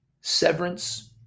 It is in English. severance